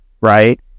right